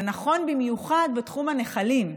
זה נכון במיוחד בתחום הנחלים,